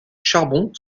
charbon